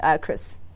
Chris